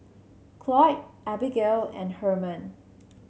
Cloyd Abigale and Herman